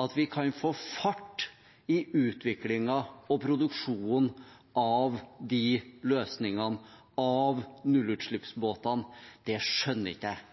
at vi kan få fart i utviklingen og produksjonen av de løsningene, av nullutslippsbåtene, skjønner ikke jeg.